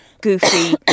goofy